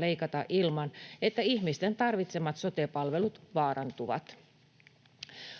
leikata ilman, että ihmisten tarvitsemat sote-palvelut vaarantuvat.